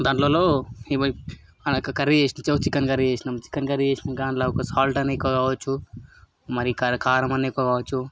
దాంట్లలో ఇవి ఆ యొక్క కర్రీ చికెన్ కర్రీ చేసినాం చికెన్ కర్రీ చేసినాక అందులో ఒక సాల్ట్ అని ఇక కావచ్చు మరి కారం అన్ని కావచ్చు